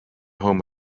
home